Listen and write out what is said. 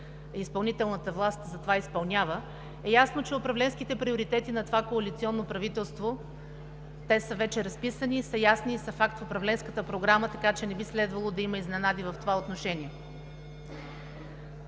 а изпълнителната власт затова изпълнява, е ясно, че управленските приоритети на това коалиционно правителство са вече разписани, ясни са и са факт в Управленската програма, така че не би следвало да има изненади в това отношение.